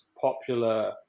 popular